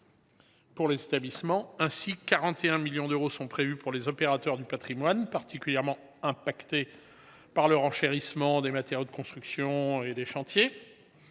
de ces dépenses. Ainsi, 41 millions d’euros sont prévus pour les opérateurs du patrimoine, particulièrement affectés par le renchérissement des matériaux de construction, qui touche